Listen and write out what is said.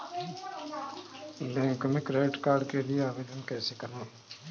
Bank में credit card के लिए आवेदन कैसे करें?